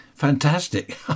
fantastic